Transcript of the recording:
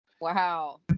Wow